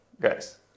guys